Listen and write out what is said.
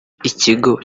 ikigo